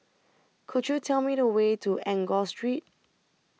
Could YOU Tell Me The Way to Enggor Street